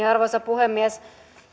arvoisa puhemies